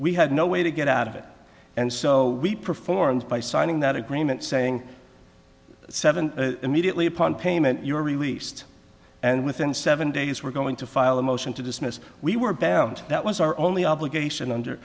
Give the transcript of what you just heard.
we had no way to get out of it and so we performed by signing that agreement saying seven immediately upon payment you were released and within seven days we're going to file a motion to dismiss we were bound that was our only obligation under